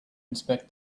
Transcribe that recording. inspect